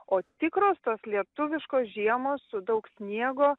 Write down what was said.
o tikros tos lietuviškos žiemos su daug sniego